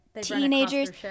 Teenagers